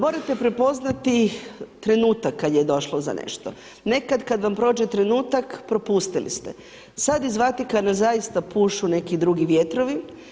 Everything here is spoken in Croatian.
Morate prepoznati trenutak kad je došlo za nešto, nekad kad vam prođe trenutak, propustili ste, sad iz Vatikana zaista pušu neki drugi vjetrovi.